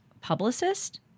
publicist